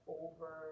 over